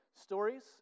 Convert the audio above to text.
stories